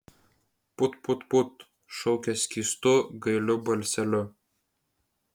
put put put šaukė skystu gailiu balseliu